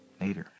Later